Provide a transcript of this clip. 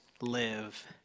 live